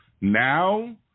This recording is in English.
Now